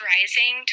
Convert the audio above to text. Rising